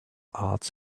arts